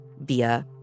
via